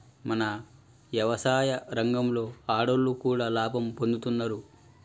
మన యవసాయ రంగంలో ఆడోళ్లు కూడా లాభం పొందుతున్నారు